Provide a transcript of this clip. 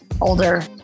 older